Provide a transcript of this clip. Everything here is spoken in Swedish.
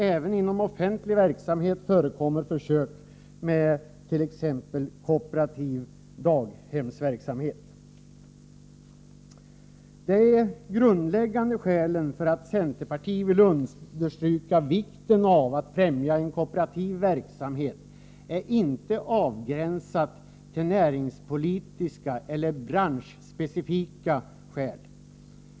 Även inom offentlig verksamhet förekommer försök med t.ex. kooperativ daghemsverksamhet. De grundläggande skälen till att centerpartiet vill understryka vikten av att främja en kooperativ verksamhet är inte avgränsade till näringspolitiska eller branschspecifika skäl.